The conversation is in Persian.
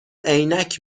عینک